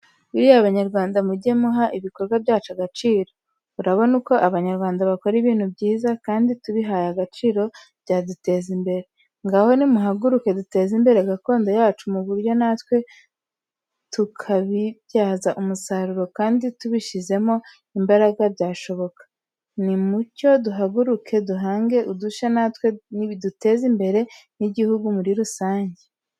Buriya Abanyarwanda mujye muha ibikorwa byacu agaciro, urabona uko Abanyarwanda bakora ibintu byiza, kandi tubihaye agaciro byaduteza imbere. Ngaho nimuhaguruke duteze imbere gakondo yacu mu buryo natwe tukabibyaza umusaruro kandi tubishyizemo imbaraga byashoboka. Nimucyo duhaguruke duhange udushya natwe biduteze imbere n'igihugu muri rusange.